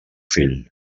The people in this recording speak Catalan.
fill